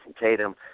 Tatum